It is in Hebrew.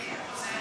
כן?